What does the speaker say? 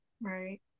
right